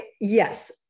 yes